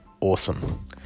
awesome